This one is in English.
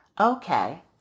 Okay